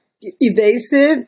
evasive